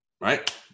Right